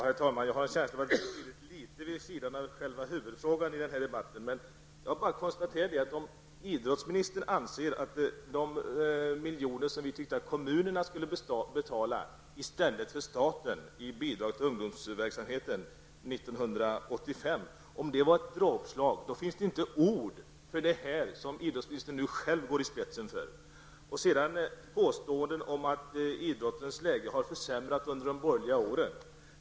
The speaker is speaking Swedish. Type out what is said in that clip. Herr talman! Jag har en känsla av att vi har kommit litet vid sidan av huvudfrågan i den här debatten. Om idrottsministern anser att de miljoner som vi tyckte att kommunerna skulle betala i stället för staten i bidrag till ungdomsverksamheten 1985 var ett dråpslag, finns det inte ord för det idrottsministern själv går i spetsen för. Sedan påstås det att idrottens läge försämrades under de borgerliga regeringsåren.